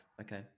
okay